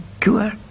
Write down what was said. cure